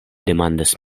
demandas